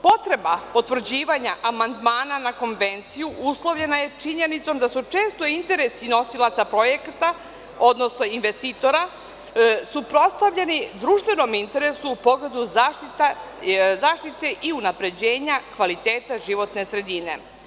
Potreba potvrđivanja Amandmana na Konvenciju uslovljena je činjenicom da su često interesi nosilaca projekta odnosno investitora suprotstavljeni društvenom interesu u pogledu zaštite i unapređenja kvaliteta životne sredine.